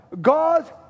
God